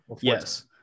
Yes